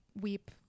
weep